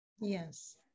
Yes